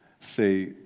say